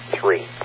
three